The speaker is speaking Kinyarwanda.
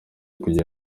kugira